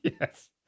yes